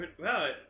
Wow